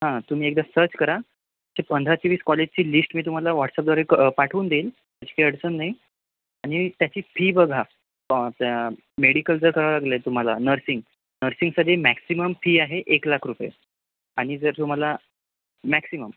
हां तुम्ही एकदा सर्च करा ते पंधरा ते वीस कॉलेजची लिस्ट मी तुम्हाला वॉट्सअपद्वारे क पाठवून देईन तशी काही अडचण नाही आणि त्याची फी बघा पां प्यां मेडिकल जर का करावं लागले तुम्हाला नर्सिंग नर्सिंगचं जे मॅक्सिमम फी आहे एक लाख रुपये आणि जर तुम्हाला मॅक्सिमम